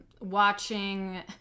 watching